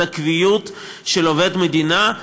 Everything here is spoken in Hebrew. את הקביעות של עובד מדינה,